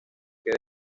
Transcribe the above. que